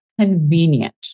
convenient